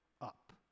up